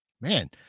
man